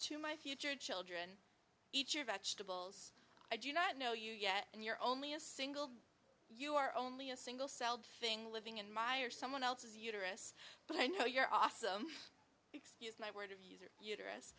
chew my future children eat your vegetables i do not know yet and you're only a single you are only a thing living in my or someone else's uterus but i know you're awesome excuse my word abuser uterus